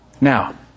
Now